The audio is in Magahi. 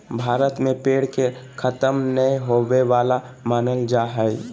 भारत में पेड़ के खतम नय होवे वाला मानल जा हइ